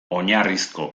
oinarrizko